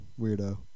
weirdo